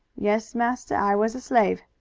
yes, massa, i was a slave.